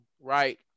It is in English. right